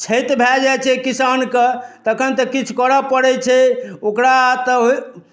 क्षति भए जाइ छै किसानकेँ तखन तऽ किछु करय पड़ै छै ओकरा तऽ होइ